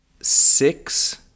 Six